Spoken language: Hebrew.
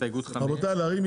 הסתייגויות מס' 5. מי